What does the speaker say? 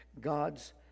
God's